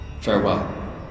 Farewell